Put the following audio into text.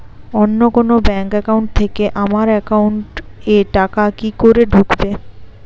অন্য কোনো bank account থেকে আমার একাউন্ট এ টাকা কি করে ঢুকবে?